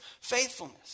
faithfulness